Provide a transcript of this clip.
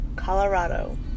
Colorado